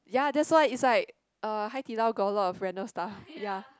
ya that's why it's like uh Hai-Di-Lao got a lot random stuff ya